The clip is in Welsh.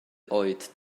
oed